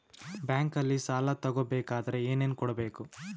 ಬ್ಯಾಂಕಲ್ಲಿ ಸಾಲ ತಗೋ ಬೇಕಾದರೆ ಏನೇನು ಕೊಡಬೇಕು?